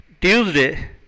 Tuesday